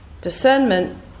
Discernment